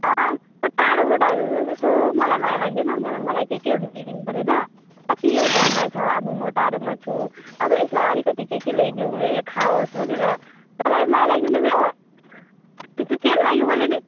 तँ टाढोबाट आउँछस् यसो मलाई माया लाग्दैन मेरो मलाई के केहरू ल्याइदिनु पर्दैन कति यो घरमा छ अब म टाढोमा छु अब यसलाई अलिकति के के ल्याइदिउँ यो खाओस् भनेर तँलाई माया लाग्दैन मेरो तेरो लागि मैले चाहिँ